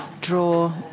draw